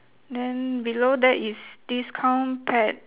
then below that is discount pet